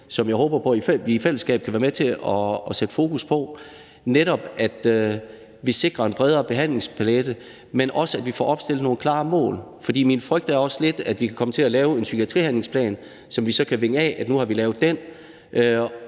som jeg håber på vi i fællesskab kan være med til at sætte fokus på, netop at vi sikrer en bredere behandlingspalet, men også at vi får opstillet nogle klare mål. For min frygt er også lidt, at vi kan komme til at lave en psykiatrihandlingsplan, hvor vi så kan vinge af, at nu har vi lavet den,